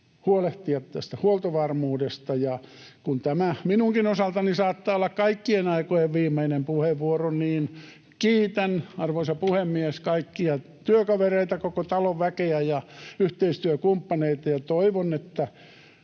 huolehtia huoltovarmuudesta. Ja kun tämä minunkin osaltani saattaa olla kaikkien aikojen viimeinen puheenvuoro, niin kiitän, arvoisa puhemies, kaikkia työkavereita, koko talon väkeä ja yhteistyökumppaneita ja toivon, että